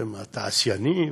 אתם תעשיינים?